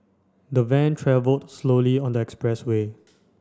the van travelled slowly on the expressway